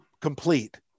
complete